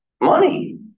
Money